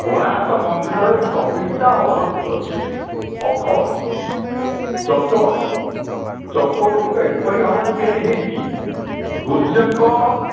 କୋଣାର୍କ ମନ୍ଦିରରେ ଚବିଶିଟା ଅରଖ ଅଛି ଅଖ ଅଛି ଚକ ଅଛି ଚକ ଗୁଡ଼ିକ ଏପରି ଭାବରେ ତିଆରି ହେଇଚି ସୁର୍ଯ୍ୟଙ୍କ